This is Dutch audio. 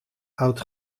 oud